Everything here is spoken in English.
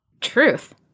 Truth